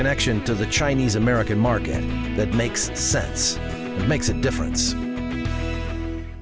connection to the chinese american market that makes sense and makes a difference i